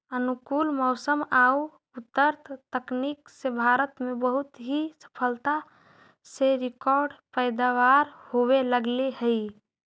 अनुकूल मौसम आउ उन्नत तकनीक से भारत में बहुत ही सफलता से रिकार्ड पैदावार होवे लगले हइ